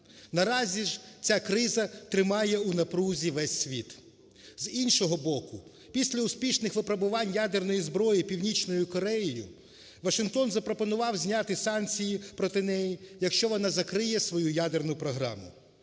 Наразі ж ця криза тримає у напрузі весь світ. З іншого боку, після успішних випробувань ядерної зброї Північною Кореєю Вашингтон запропонував зняти санкції проти неї, якщо вона закриє свою ядерну програму.